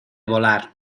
volar